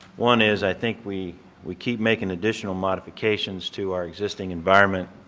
one is i think we we keep making additional modifications to our existing environment.